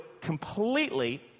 completely